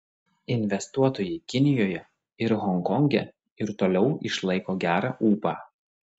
investuotojai kinijoje ir honkonge ir toliau išlaiko gerą ūpą